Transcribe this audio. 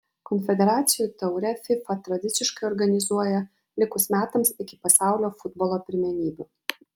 konfederacijų taurę fifa tradiciškai organizuoja likus metams iki pasaulio futbolo pirmenybių